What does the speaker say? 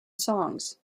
songs